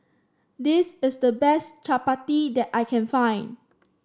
this is the best chappati that I can find